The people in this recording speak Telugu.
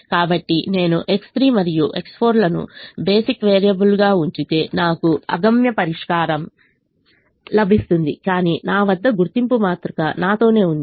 కాబట్టి నేను X3 మరియు X4 లను బేసిక్ వేరియబుల్స్గా ఉంచితే నాకు అగమ్య పరిష్కారం లభిస్తుంది కాని నా వద్ద గుర్తింపు మాతృక నాతోనే ఉంది